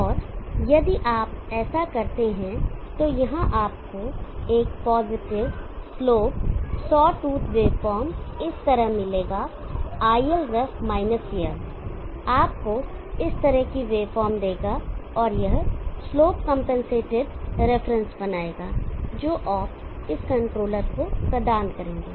और यदि आप ऐसा करते हैं तो यहां आपको एक positive slope sawtooth waveform इस तरह मिलेगा iLref माइनस यह आपको इस तरह की वेवफॉर्म देगा और यह स्लोप कंपनसेटेड रेफरेंसेस बनाएगा जो आप इस कंट्रोलर को प्रदान करेंगे